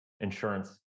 insurance